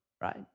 right